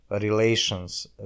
relations